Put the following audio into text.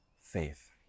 faith